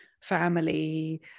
family